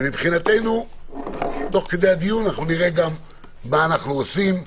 מבחינתו תוך כדי הדיון נראה גם מה אנו עושים,